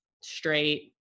straight